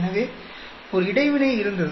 எனவே ஒரு இடைவினை இருந்தது